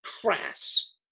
crass